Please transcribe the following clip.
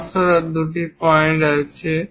উদাহরণস্বরূপ দুটি পয়েন্ট আছে